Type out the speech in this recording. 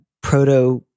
proto-